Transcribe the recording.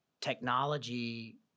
technology